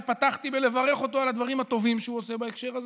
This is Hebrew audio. ופתחתי בלברך אותו על הדברים הטובים שהוא עושה בהקשר הזה,